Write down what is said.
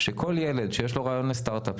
שכל ילד שיש לו רעיון לסטרטאפ,